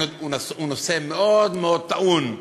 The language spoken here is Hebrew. זה נושא מאוד מאוד טעון.